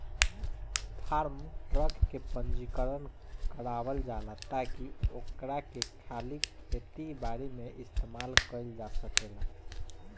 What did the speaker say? form truck के पंजीकरण करावल जाला ताकि ओकरा के खाली खेती बारी में इस्तेमाल कईल जा सकेला